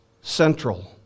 central